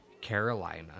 Carolina